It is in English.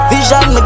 Vision